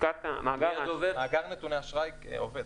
מאגר נתוני האשראי עובד.